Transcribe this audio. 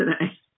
today